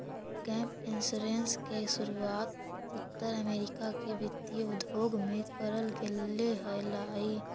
gap insurance के शुरुआत उत्तर अमेरिका के वित्तीय उद्योग में करल गेले हलाई